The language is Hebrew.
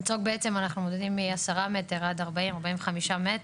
המצוק בעצם אנחנו מודדים מ-10-45 מטר,